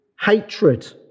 hatred